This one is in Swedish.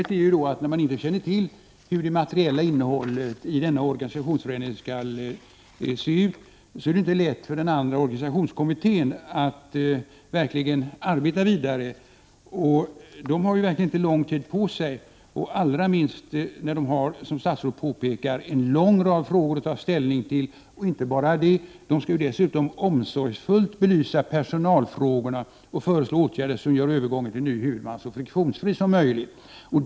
När man inte känner till hur de materiella reglerna för folkbokföringen skall se ut, är det inte lätt för den andra kommittén att bedriva sitt arbete. Organisationskommittén har verkligen inte lång tid på sig, allra minst med tanke på att den, som statsrådet påpekar, har en lång rad frågor att ta ställning till. Och inte bara det, kommittén skall också omsorgsfullt belysa personalfrågorna och föreslå åtgärder som gör övergången till ny huvudman så friktionsfri som möjligt.